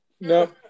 No